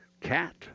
Cat